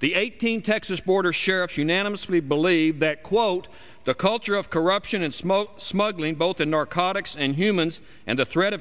the eighteen texas border sheriffs unanimously believe that quote the culture of corruption and smoke smuggling both in narcotics and humans and the threat